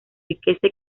riqueza